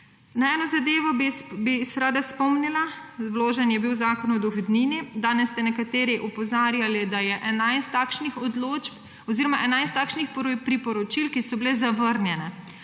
Na eno zadevo bi rada spomnila. Vložen je bil Zakon o dohodnini. Danes ste nekateri opozarjali, da je 11 takšnih odločb oziroma 11 takšnih priporočil, ki so bila zavrnjena.